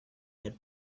had